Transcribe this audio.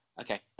Okay